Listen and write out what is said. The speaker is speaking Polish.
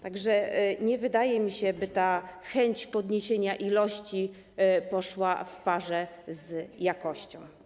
Tak że nie wydaje mi się, by chęć podniesienia ilości poszła w parze z jakością.